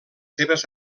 seves